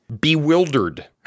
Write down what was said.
Bewildered